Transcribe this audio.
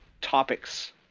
topics